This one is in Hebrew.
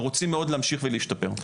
ורוצים מאוד להמשיך ולהשתפר.